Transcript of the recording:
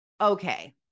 okay